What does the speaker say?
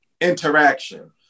interaction